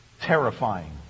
terrifying